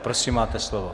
Prosím, máte slovo.